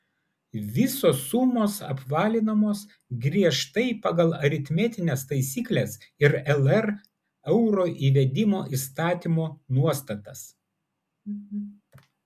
visos sumos apvalinamos griežtai pagal aritmetines taisykles ir lr euro įvedimo įstatymo nuostatas